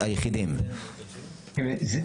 בתוך תוכנית הלימודים כשמדברים,